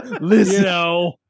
listen